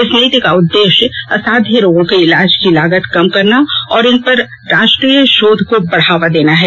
इस नीति का उद्देश्य असाध्य रोगों के इलाज की लागत कम करना और इन पर राष्ट्रीय शोध को बढावा देना है